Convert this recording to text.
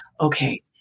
okay